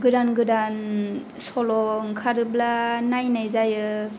गोदान गोदान सल' ओंखारोब्ला नायनाय जायो